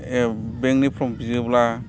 बेंकनि फर्म बियोब्ला